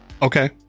okay